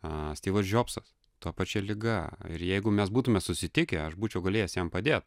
a styvas džobsas ta pačia liga ir jeigu mes būtume susitikę aš būčiau galėjęs jam padėt